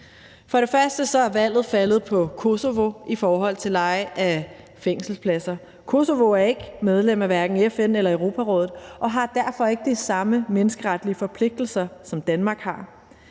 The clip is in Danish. og fremmest er valget faldet på Kosovo i forhold til leje af fængselspladser. Kosovo er ikke medlem af hverken FN eller Europarådet og har derfor ikke de samme menneskeretlige forpligtelser, som Danmark har.